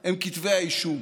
הוא כתבי האישום,